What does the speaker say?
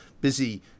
busy